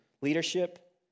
leadership